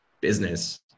business